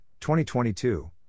2022